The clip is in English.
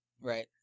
Right